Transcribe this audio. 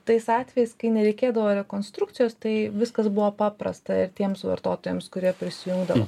tais atvejais kai nereikėdavo rekonstrukcijos tai viskas buvo paprasta ir tiems vartotojams kurie prisijungdavo